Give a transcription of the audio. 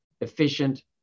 efficient